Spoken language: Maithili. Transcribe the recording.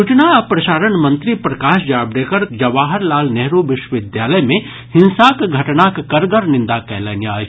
सूचना आ प्रसारण मंत्री प्रकाश जावड़ेकर जवाहर लाल नेहरू विश्विद्यालय मे हिंसाक घटनाक कड़गर निंदा कयलनि अछि